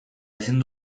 ezin